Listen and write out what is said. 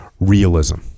Realism